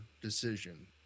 decision